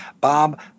Bob